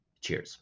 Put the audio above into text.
Cheers